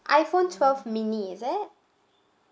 iPhone twelve mini is it